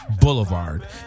Boulevard